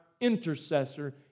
intercessor